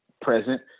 present